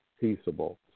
peaceable